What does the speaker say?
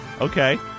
Okay